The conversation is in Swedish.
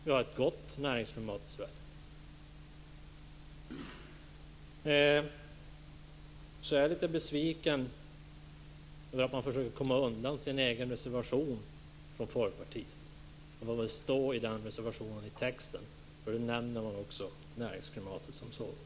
Vi har ett gott näringsklimat i Sverige. Jag är litet besviken på att man försöker komma undan sin egen reservation från Folkpartiets sida, och komma undan vad som står i texten i denna reservation. Där nämner man också näringsklimatet som sådant.